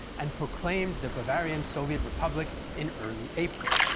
and proclaimed the bavarian soviet republic in early april.